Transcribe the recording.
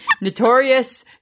notorious